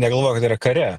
negalvoja kad yra kare